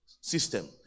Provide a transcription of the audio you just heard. system